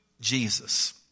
Jesus